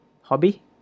hobby